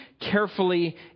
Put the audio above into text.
carefully